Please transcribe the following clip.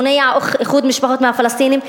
מונע איחוד משפחות מהפלסטינים,